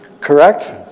correct